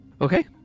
Okay